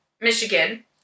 Michigan